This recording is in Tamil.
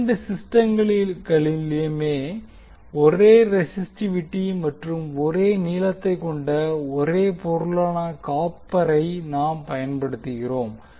இரண்டு சிஸ்டம்களிலுமே ஒரே ரெசிஸ்டிவிட்டி மற்றும் ஒரே நீளத்தை கொண்ட ஒரே பொருளான காப்பரை நாம் பயன்படுத்துகிறோம்